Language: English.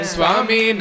Swami